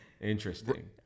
Interesting